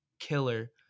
Killer